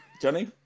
Johnny